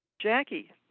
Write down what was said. Jackie